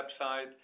website